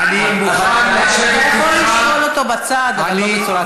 אתה יכול לשאול אותו בצד, אבל לא בצורה כזאת.